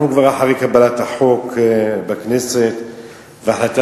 אנחנו כבר אחרי קבלת החוק בכנסת והחלטת